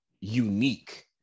unique